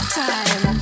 time